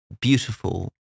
beautiful